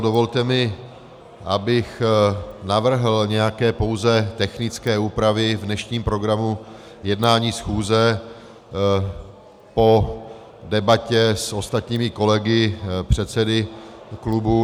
Dovolte mi, abych navrhl nějaké pouze technické úpravy v dnešním programu jednání schůze po debatě s ostatními kolegy, předsedy klubů.